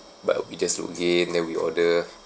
but we just look again then we order